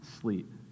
sleep